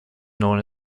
known